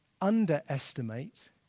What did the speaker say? underestimate